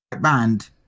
band